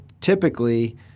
typically